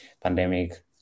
pandemic